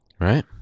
Right